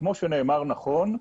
שכמו שנאמר נכון,